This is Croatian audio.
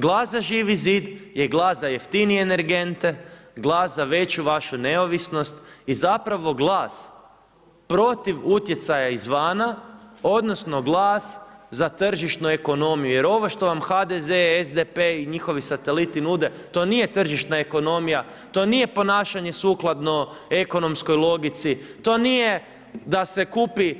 Glas za Živi zid je glas za jeftinije energente, glas za veću vašu neovisnost i zapravo glas protiv utjecaja izvana odnosno glas za tržišnu ekonomiju jer ovo što vam HDZ, SDP i njihovi sateliti nude, to nije tržišna ekonomija, to nije ponašanje sukladno ekonomskoj logici, to nije da se kupi